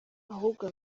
ahubwo